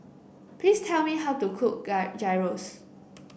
please tell me how to cook Gyros